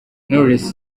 knowless